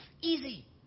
Easy